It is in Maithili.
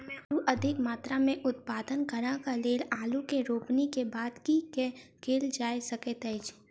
आलु अधिक मात्रा मे उत्पादन करऽ केँ लेल आलु केँ रोपनी केँ बाद की केँ कैल जाय सकैत अछि?